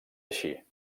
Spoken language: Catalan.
així